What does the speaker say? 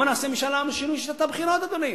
בוא נעשה משאל עם על שינוי שיטת הבחירות, אדוני.